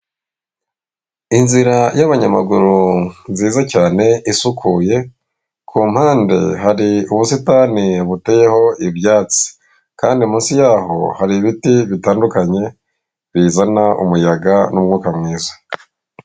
Inzira y'abanyamaguru nziza cyane isukuye, ku mpande hari ubusitani buteyeho ibyatsi, kandi munsi yaho hari ibiti bitandukanye bizana umuyaga n'umwuka mwiza.